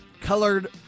colored